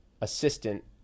assistant